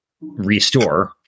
restore